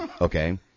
okay